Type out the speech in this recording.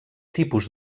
tipus